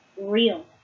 real